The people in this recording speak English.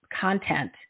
content